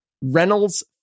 Reynolds